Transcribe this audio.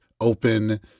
open